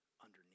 underneath